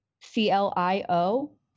C-L-I-O